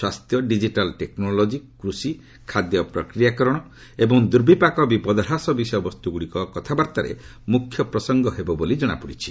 ସ୍ୱାସ୍ଥ୍ୟ digital technology କୃଷି ଖାଦ୍ୟ ପ୍ରକ୍ରିୟାକରଣ ଏବଂ ଦୁର୍ବିପାକ ବିପଦ ହ୍ରାସ ବିଷୟବସ୍ତୁଗୁଡ଼ିକ କଥାବାର୍ତ୍ତାରେ ମୁଖ୍ୟ ପ୍ରସଙ୍ଗ ହେବ ବୋଲି ଜଣାପଡ଼ିଛି